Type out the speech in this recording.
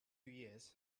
years